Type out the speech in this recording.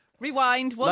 Rewind